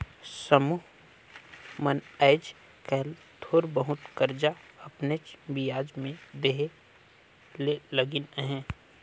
समुह मन आएज काएल थोर बहुत करजा अपनेच बियाज में देहे ले लगिन अहें